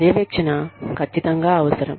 పర్యవేక్షణ ఖచ్చితంగా అవసరం